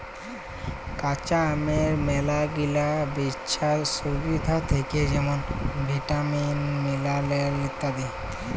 কাঁচা আমের ম্যালাগিলা স্বাইস্থ্য সুবিধা থ্যাকে যেমল ভিটামিল, মিলারেল ইত্যাদি